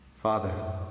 Father